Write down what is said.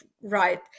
right